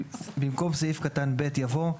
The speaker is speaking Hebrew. במקום סעיף קטן (ב) יבוא: